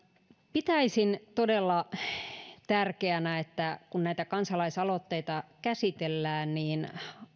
pitäisin todella tärkeänä että kun näitä kansalaisaloitteita käsitellään niin